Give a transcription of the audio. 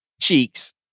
Cheeks